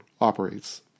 operates